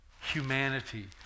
Humanity